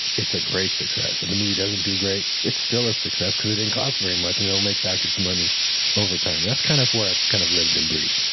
it's a great success. if the movie doesn't do great, it's still a success because it didn't cost very much and it'll make back its money over time. that's kind of where i've kind of lived and breathed.